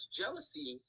jealousy